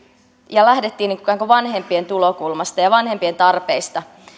ja lähdettiin ikään kuin vanhempien tulokulmasta ja vanhempien tarpeista